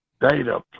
data